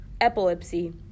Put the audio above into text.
epilepsy